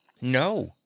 No